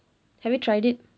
have you tried it